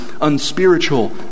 unspiritual